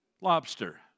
lobster